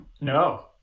no